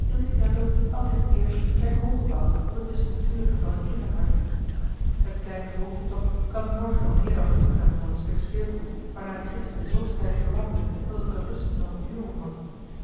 had in het eerst zijn hoop gebouwd op het wispelturige van een kinderhart het kleine volkje toch kan morgen al meer dan genoeg hebben van een stuk speelgoed waarnaar het gisteren zoo sterk verlangde dat het er rust noch duur om had